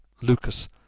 Lucas